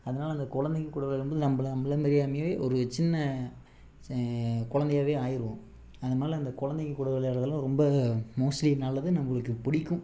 அதனால அந்த குழந்தைங்க கூட விளையாடும் போது நம்மள நம்மள அறியாமயே ஒரு சின்ன குழந்தையாவே ஆயிடுவோம் அந்தமாதிரிலாம் இந்த குழந்தைங்க கூட விளையாடுறதுலாம் ரொம்ப மோஸ்ட்லி நல்லது நம்மளுக்கு பிடிக்கும்